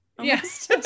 yes